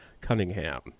Cunningham